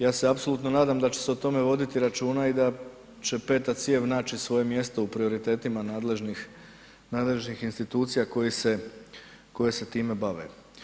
Ja se apsolutno nadam da će se o tome voditi računa i da će peta cijev naći svoje mjesto u prioritetima nadležnih institucija koje se time bave.